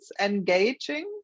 engaging